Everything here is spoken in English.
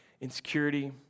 insecurity